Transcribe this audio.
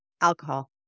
alcohol